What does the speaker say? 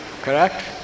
correct